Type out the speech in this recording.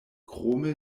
krome